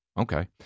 Okay